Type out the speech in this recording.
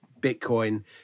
Bitcoin